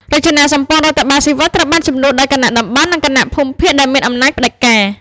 រចនាសម្ព័ន្ធរដ្ឋបាលស៊ីវិលត្រូវបានជំនួសដោយ «គណៈតំបន់» និង «គណៈភូមិភាគ» ដែលមានអំណាចផ្ដាច់ការ។